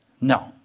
No